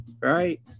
right